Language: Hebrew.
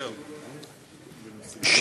כן, אבל את החצי, לא את המלא.